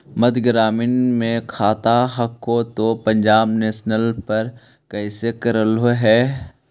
मध्य ग्रामीण मे खाता हको तौ पंजाब नेशनल पर कैसे करैलहो हे?